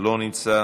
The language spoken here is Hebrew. לא נמצא,